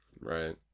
Right